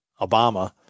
Obama